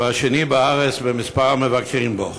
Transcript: והוא השני בארץ במספר המבקרים בו.